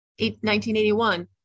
1981